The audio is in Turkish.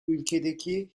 ülkedeki